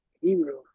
Hebrew